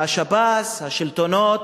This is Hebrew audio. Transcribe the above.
השב"ס, השלטונות,